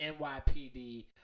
NYPD